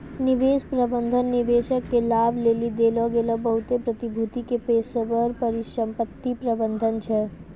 निवेश प्रबंधन निवेशक के लाभ लेली देलो गेलो बहुते प्रतिभूति के पेशेबर परिसंपत्ति प्रबंधन छै